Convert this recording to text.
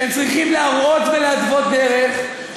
שהם צריכים להראות ולהתוות דרך,